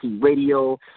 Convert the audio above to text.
radio